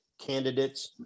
candidates